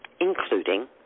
Including